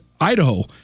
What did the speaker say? Idaho